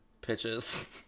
Pitches